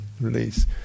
Release